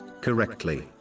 correctly